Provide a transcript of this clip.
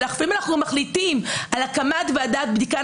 אבל לפעמים אנחנו מחליטים על הקמת ועדת בדיקה,